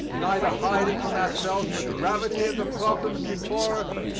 neither hiding from ourselves the gravity of the problems before us,